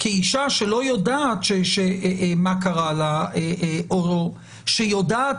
כי אישה שלא יודעת מה קרה לה או שיודעת